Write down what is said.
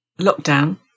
lockdown